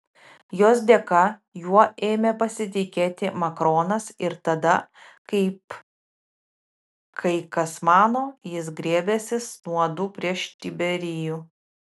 jos dėka juo ėmė pasitikėti makronas ir tada kaip kai kas mano jis griebęsis nuodų prieš tiberijų